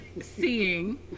seeing